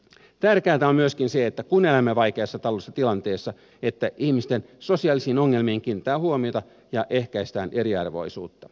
tärkeätä on myöskin se että kun elämme vaikeassa taloudellisessa tilanteessa ihmisten sosiaalisiin ongelmiin kiinnitetään huomiota ja ehkäistään eriarvoisuutta